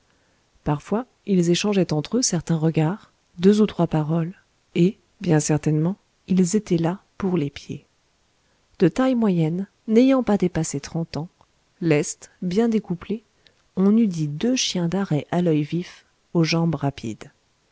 parfois ils échangeaient entre eux certains regards deux ou trois paroles et bien certainement ils étaient là pour l'épier de taille moyenne n'ayant pas dépassé trente ans lestes bien découplés on eût dit deux chiens d'arrêt à l'oeil vif aux jambes rapides